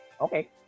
Okay